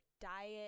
diet